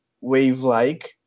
wave-like